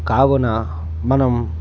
కావున మనం